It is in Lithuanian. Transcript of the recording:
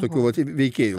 tokių vat veikėjų